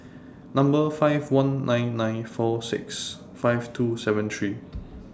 Number five one nine nine four six five two seven three